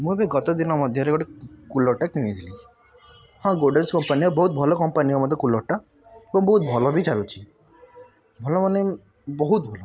ମୁଁ ଏବେ ଗତଦିନ ମଧ୍ୟରେ ଗୋଟେ କୁଲର୍ଟେ କିଣିଥିଲି ହଁ ଗୋଡ଼େଜ୍ କମ୍ପାନୀର ବହୁତ ଭଲ କମ୍ପାନୀର ମଧ୍ୟ କୁଲର୍ଟା ଏବଂ ବହୁତ ଭଲ ବି ଚାଲୁଚି ଭଲ ମାନେ ବହୁତ ଭଲ